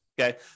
okay